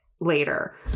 later